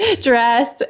dress